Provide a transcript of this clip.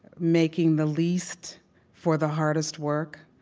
making the least for the hardest work.